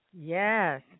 Yes